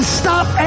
stop